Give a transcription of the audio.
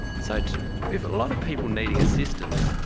so with a lot of people needing assistance,